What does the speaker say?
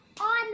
on